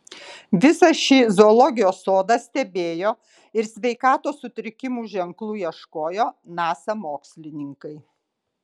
visą šį zoologijos sodą stebėjo ir sveikatos sutrikimų ženklų ieškojo nasa mokslininkai